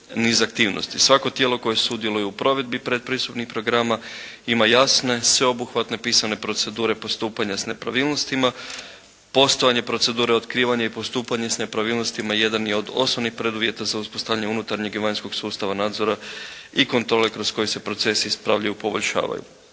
Svako tijelo koje sudjeluje u provedbi pretpristupnih programa ima jasne, sveobuhvatne pisane procedure postupanja s nepravilnostima, postojanje procedure, otkrivanje i postupanje s nepravilnostima jedan je od osnovnih preduvjeta za uspostavljanje unutarnjeg i vanjskog sustava nadzora i kontrole kroz koje se procesi ispravljaju i poboljšavaju.